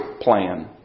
plan